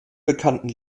bekannten